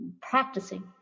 practicing